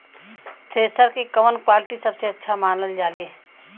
Thresher के कवन quality सबसे अच्छा मानल जाले?